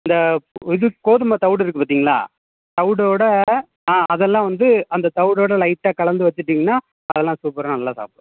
இந்த இது கோதுமைத் தவுடு இருக்குது பார்த்தீங்களா தவுடோடு ஆ அதல்லாம் வந்து அந்தத் தவுடோடு லைட்டாக கலந்து வச்சிட்டீங்கன்னா அதல்லாம் சூப்பராக நல்லா சாப்பிடும்